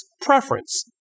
preference